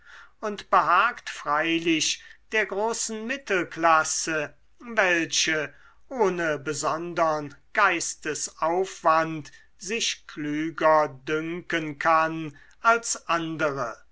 und behagt freilich der großen mittelklasse welche ohne besondern geistesaufwand sich klüger dünken kann als andere